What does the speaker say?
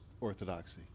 orthodoxy